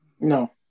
No